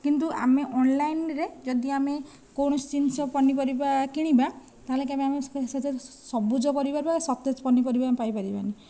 କିନ୍ତୁ ଆମେ ଅନଲାଇନ୍ରେ ଯଦି ଆମେ କୌଣସି ଜିନିଷ ପନିପରିବା କିଣିବା ତାହେଲେ କେବେ ଆମେ ସବୁଜ ପରିବା ବା ସତେଜ ପନିପରିବା ଆମେ ପାଇ ପାରିବାନି